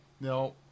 No